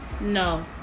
No